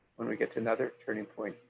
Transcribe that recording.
when we get to another turning point,